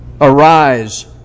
arise